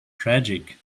tragic